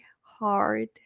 hard